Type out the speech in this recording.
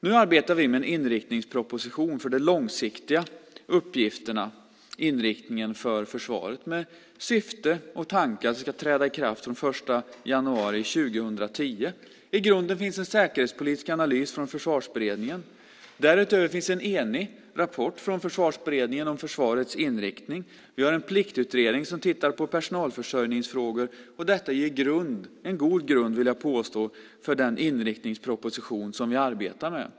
Nu arbetar vi med en inriktningsproposition för de långsiktiga uppgifterna och försvarets inriktning, med syftet och tanken att det ska träda i kraft den 1 januari 2010. I grunden finns det en säkerhetspolitisk analys från Försvarsberedningen. Därutöver finns det en enhällig rapport från Försvarsberedningen om försvarets inriktning. Vi har nu Pliktutredningen som tittar på personalförsörjningsfrågor. Detta ger, vill jag påstå, en god grund för den inriktningsproposition som vi arbetar med.